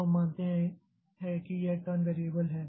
तो हम मानते हैं कि यह टर्न वेरिएबल है